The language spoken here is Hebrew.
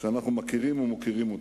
שאנחנו מכירים ומוקירים אותם.